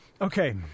Okay